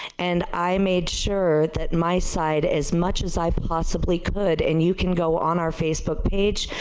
and, i made sure that my side as much as i possibly could, and you can go on our facebook page,